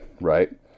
right